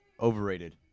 overrated